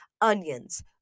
onions